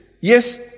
Yes